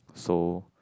so